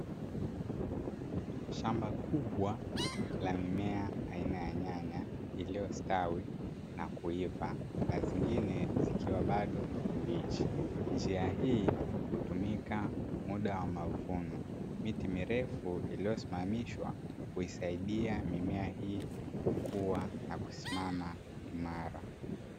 Shamba kubwa la mimea aina ya nyanya, iliyostawi na kuiva na zingine zikiwa bado mbichi, njia hii hutumika muda wa mavuno, miti mirefu iliyosimamishwa kuisaidia mimea ili kukua na kusimama imara.